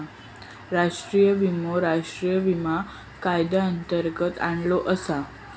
राष्ट्रीय विमो राष्ट्रीय विमा कायद्यांतर्गत आणलो आसा